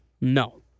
No